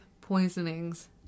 poisonings